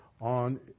on